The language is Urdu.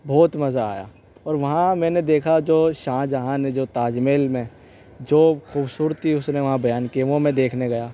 بہت مزہ آیا اور وہاں میں نے دیکھا جو شاہجہاں نے جو تاج محل میں جو خوبصورتی اس نے وہاں بیان کی ہے وہ میں دیکھنے گیا